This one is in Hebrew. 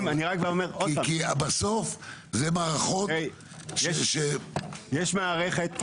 בסוף, זה מערכות --- יש מערכת.